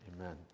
Amen